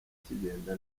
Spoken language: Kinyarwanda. kigenda